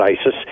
isis